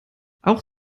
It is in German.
auch